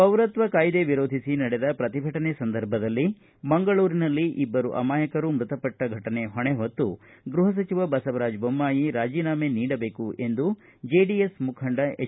ಪೌರತ್ವ ಕಾಯ್ದೆ ವಿರೋಧಿಸಿ ನಡೆದ ಪ್ರತಿಭಟನೆ ಸಂದರ್ಭದಲ್ಲಿ ಮಂಗಳೂರಿನಲ್ಲಿ ಇಬ್ಬರು ಅಮಾಯಕರು ಮೃತಪಟ್ಟ ಫಟನೆ ಹೊಣೆ ಹೊತ್ತು ಗೃಹ ಸಚಿವ ಬಸವರಾಜ ದೊಮ್ಮಾಯಿ ರಾಜೀನಾಮೆ ನೀಡಬೇಕು ಎಂದು ಜೆಡಿಎಸ್ ಮುಖಂಡ ಎಚ್